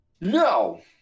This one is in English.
No